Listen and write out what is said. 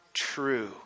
True